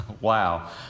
Wow